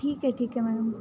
ठीक आहे ठीक आहे मॅडम